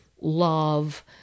love